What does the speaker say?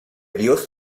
dios